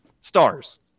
stars